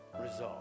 resolve